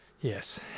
Yes